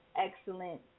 excellent